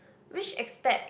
which aspect